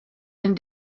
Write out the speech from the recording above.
and